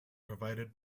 provided